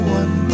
one